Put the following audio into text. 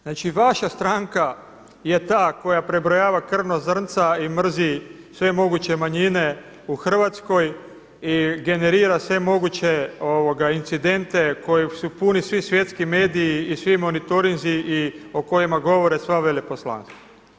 Znači vaša stranka je ta koja prebrojava krvna zrnca i mrzi sve moguće manjine u Hrvatskoj i generira sve moguće incidente kojih su puni svi svjetski mediji i svi monitorinzi i o kojima govore sva veleposlanstva.